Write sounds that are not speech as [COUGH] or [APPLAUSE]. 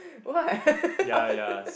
what [LAUGHS]